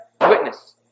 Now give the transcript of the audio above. witness